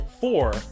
four